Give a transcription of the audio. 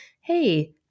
hey